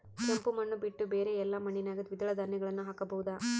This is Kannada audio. ಕೆಂಪು ಮಣ್ಣು ಬಿಟ್ಟು ಬೇರೆ ಎಲ್ಲಾ ಮಣ್ಣಿನಾಗ ದ್ವಿದಳ ಧಾನ್ಯಗಳನ್ನ ಹಾಕಬಹುದಾ?